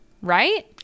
right